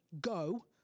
go